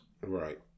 Right